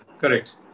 Correct